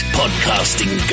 podcasting